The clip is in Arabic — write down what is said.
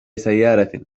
سيارة